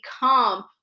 become